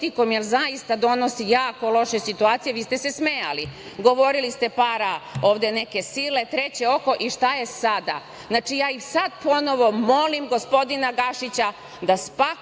jer zaista donosi jako loše situacije, vi ste se smejali. Govorili ste, para ovde neke sile, treće oko, i šta je sada? Znači, ja i sada ponovo molim gospodina Gašića da spakuje